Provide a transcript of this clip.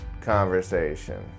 conversation